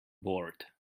bored